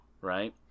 right